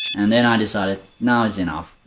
and then i decided, now is enough.